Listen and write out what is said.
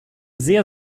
sehr